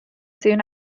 soon